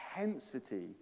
intensity